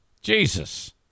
Jesus